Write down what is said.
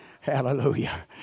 Hallelujah